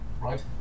Right